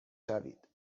شوید